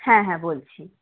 হ্যাঁ হ্যাঁ বলছি